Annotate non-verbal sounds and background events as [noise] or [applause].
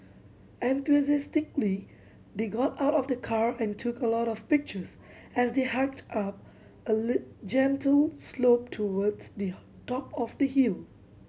enthusiastically they got out of the car and took a lot of pictures as they hiked up a [unintelligible] gentle slope towards the top of the hill